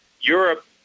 Europe